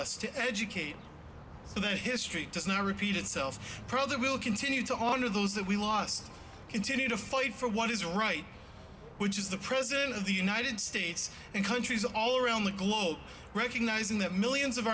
us to educate so that history does not repeat itself proud that will continue to honor those that we lost continue to fight for what is right which is the president of the united states and countries all around the globe recognizing that millions of